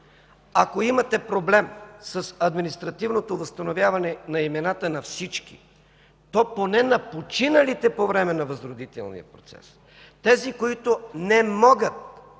ако имате проблем с административното възстановяване на имената на всички, то поне на починалите по време на Възродителния процес – тези, които не могат